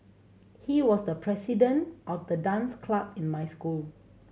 he was the president of the dance club in my school